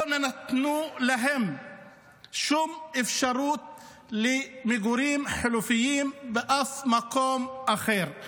לא נתנו להם שום אפשרות למגורים חלופיים באף מקום אחר.